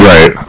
Right